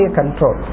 control